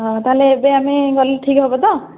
ହଁ ତା'ହେଲେ ଏବେ ଆମେ ଗଲେ ଠିକ୍ ହେବ ତ